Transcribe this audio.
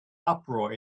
uproar